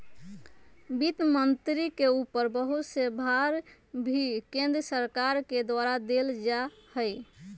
वित्त मन्त्री के ऊपर बहुत से भार भी केन्द्र सरकार के द्वारा देल जा हई